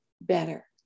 better